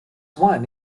won